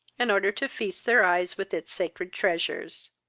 in order to feast their eyes with its sacred treasures.